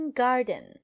garden